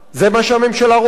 זה מה שהממשלה רוצה,